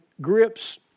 grips